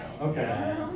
Okay